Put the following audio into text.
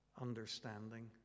understanding